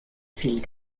viel